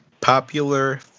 Popular